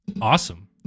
awesome